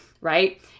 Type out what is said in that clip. right